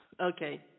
Okay